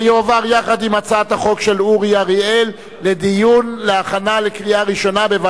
ותועבר לוועדת הכלכלה על מנת להכינה לקריאה ראשונה.